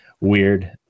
weird